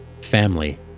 Family